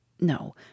No